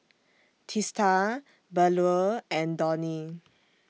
Teesta Bellur and Dhoni